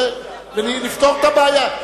ונפתור את הבעיה.